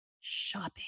shopping